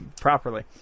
properly